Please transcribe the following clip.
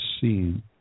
seen